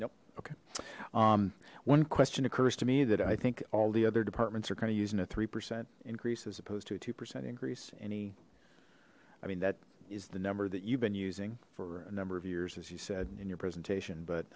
yep okay one question occurs to me that i think all the other departments are kind of using a three percent increase as opposed to a two percent increase any i mean that is the number that you've been using for a number of years as you said in your presentation but